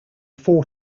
four